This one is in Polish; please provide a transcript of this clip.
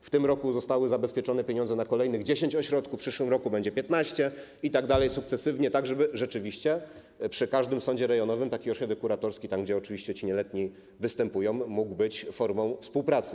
W tym roku zostały zabezpieczone pieniądze na kolejnych 10 ośrodków, w przyszłym roku będzie 15 i tak dalej sukcesywnie, tak żeby rzeczywiście przy każdym sądzie rejonowym taki ośrodek kuratorski - tam, gdzie oczywiście ci nieletni wstępują - mógł być formą współpracy.